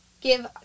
give